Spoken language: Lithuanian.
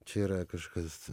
čia yra kažkas